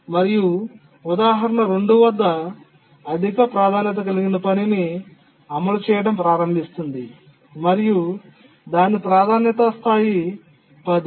సమయ ఉదాహరణ 2 వద్ద అధిక ప్రాధాన్యత కలిగిన పనిని అమలు చేయడం ప్రారంభిస్తుంది మరియు దాని ప్రాధాన్యత స్థాయి 10